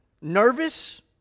nervous